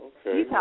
Okay